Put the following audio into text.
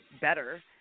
better